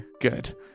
Good